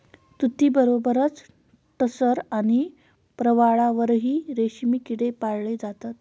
तुतीबरोबरच टसर आणि प्रवाळावरही रेशमी किडे पाळले जातात